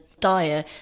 dire